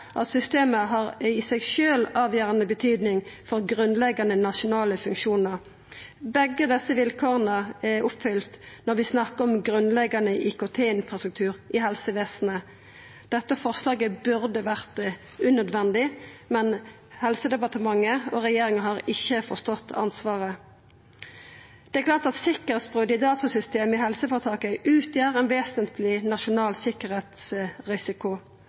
at systemet i seg sjølv har avgjerande betyding for grunnleggjande nasjonale funksjonar. Begge desse vilkåra er oppfylte når vi snakkar om grunnleggjande IKT-infrastruktur i helsevesenet. Dette forslaget burde ha vore unødvendig, men Helsedepartementet og regjeringa har ikkje forstått ansvaret. Det er klart at sikkerheitsbrot i datasystemet i helseføretaket utgjer ein vesentleg nasjonal sikkerheitsrisiko.